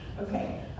Okay